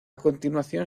continuación